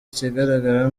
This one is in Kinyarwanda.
ikigaragara